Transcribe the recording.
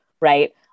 right